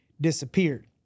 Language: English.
disappeared